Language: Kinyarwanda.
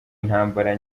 intambara